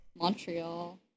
Montreal